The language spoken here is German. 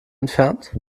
entfernt